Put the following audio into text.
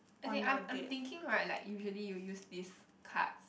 as in I'm I'm thinking right like usually you use these cards